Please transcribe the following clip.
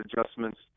adjustments